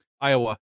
iowa